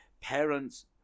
parents